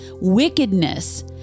wickedness